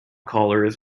collars